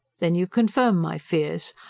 then you confirm my fears.